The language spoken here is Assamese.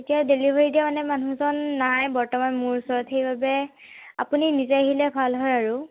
এতিয়া ডেলিভাৰী দিয়া মানে মানুহজন নাই বৰ্তমান মোৰ ওচৰত সেইবাবে আপুনি নিজে আহিলে ভাল হয় আৰু